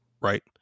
Right